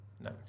No